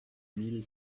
mille